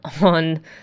on